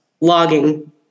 logging